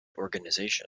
organization